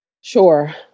Sure